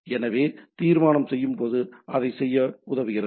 எனவே தீர்மானம் செய்யும் போது அதைச் செய்ய உதவுகிறது